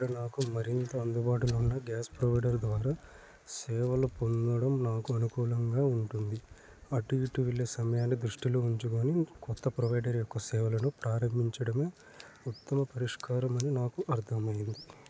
అక్కడ నాకు మరింత అందుబాటులో ఉన్న గ్యాస్ ప్రొవైడర్ ద్వారా సేవలు పొందడం నాకు అనుకూలంగా ఉంటుంది అటు ఇటు వెళ్ళే సమయాన్ని దృష్టిలో ఉంచుకొని కొత్త ప్రొవైడర్ యొక్క సేవలను ప్రారంభించడమే ఉత్తమ పరిష్కారం అని నాకు అర్థమైంది